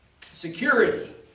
Security